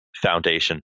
foundation